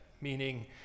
meaning